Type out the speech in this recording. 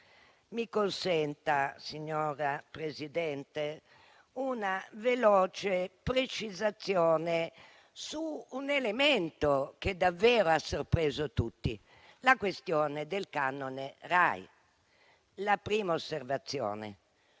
Mi consenta, signora Presidente, una veloce precisazione su un elemento che ha sorpreso davvero tutti, cioè la questione del canone RAI. La prima osservazione: